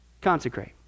Consecrate